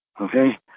okay